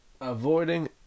avoiding